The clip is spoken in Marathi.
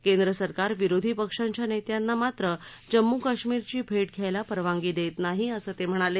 केंद्र सरकार विरोधी पक्षांच्या नेत्यांना मात्र जम्मू काश्मिरची भेट घ्यायला परवानगी देत नाहीत असं ते म्हणाले